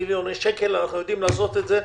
אנחנו יודעים לעשות את זה.